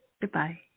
Goodbye